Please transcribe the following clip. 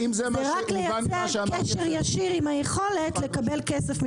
זה רק לייצר קשר ישיר עם היכולת לקבל כסף מבנק ישראל.